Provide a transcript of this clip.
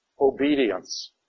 obedience